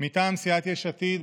מטעם סיעת יש עתיד,